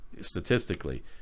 statistically